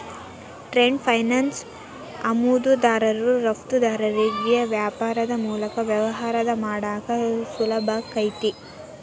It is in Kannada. ಟ್ರೇಡ್ ಫೈನಾನ್ಸ್ ಆಮದುದಾರರು ರಫ್ತುದಾರರಿಗಿ ವ್ಯಾಪಾರದ್ ಮೂಲಕ ವ್ಯವಹಾರ ಮಾಡಾಕ ಸುಲಭಾಕೈತಿ